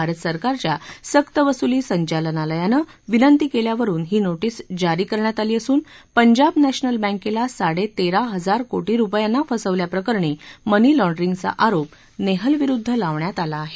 भारत सरकारच्या सक्त वसुली संचालनालयानं विंनती केल्यावरुन ही नोटीस जारी करण्यात आली असून पंजाब नॅशनल बँकेला साडेतरा हजार कोटी रुपयांना फसवल्याप्रकरणी मनी लाँडरिंगचा आरोप नेहल विरुद्ध लावण्यात आला आहे